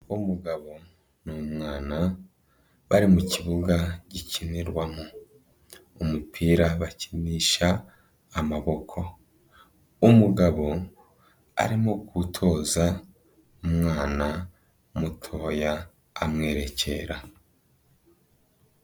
Umugabo n'umwana bari mu kibuga gikinirwamo. Umupira bakinisha amaboko. Umugabo arimo gutoza umwana mutoya amwerekera.